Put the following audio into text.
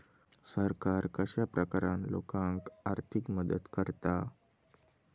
सरकार कश्या प्रकारान लोकांक आर्थिक मदत करता?